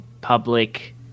public